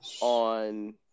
on